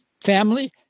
family